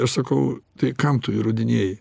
aš sakau tai kam tu įrodinėji